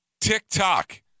tiktok